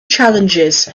challenges